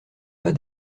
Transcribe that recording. pas